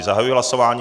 Zahajuji hlasování.